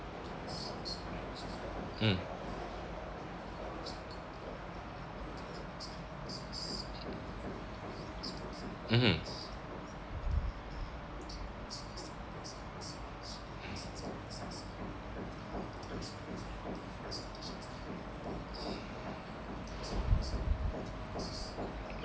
mm mmhmm